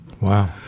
Wow